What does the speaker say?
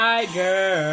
Tiger